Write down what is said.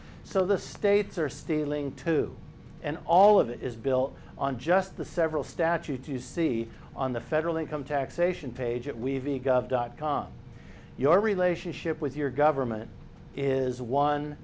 so the states are stealing too and all of it is built on just the several statutes you see on the federal income taxation page that we've each got dot com your relationship with your government is one